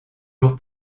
jours